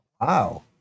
Wow